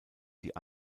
die